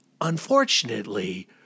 Unfortunately